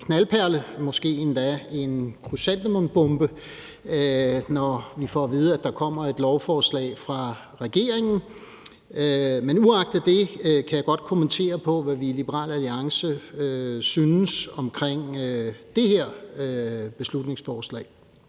mere end en knaldperle, måske endda en krysantemumbombe – altså når vi får at vide, at der kommer et lovforslag fra regeringen. Men uagtet det kan jeg godt kommentere på, hvad vi i Liberal Alliance synes om det her beslutningsforslag